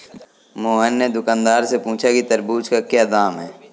मोहन ने दुकानदार से पूछा कि तरबूज़ का क्या दाम है?